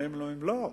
אומרים להם לא,